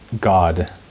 God